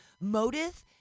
motive